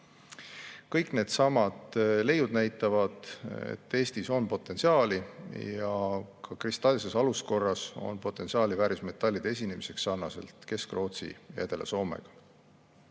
Kõik need leiud näitavad, et Eestis on potentsiaali ja ka kristalses aluskorras on potentsiaali väärismetallide esinemiseks sarnaselt Kesk-Rootsi ja Edela-Soomega.